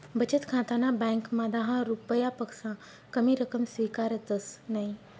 बचत खाताना ब्यांकमा दहा रुपयापक्सा कमी रक्कम स्वीकारतंस नयी